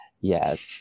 Yes